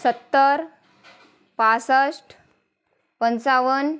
सत्तर पासष्ट पंचावन्न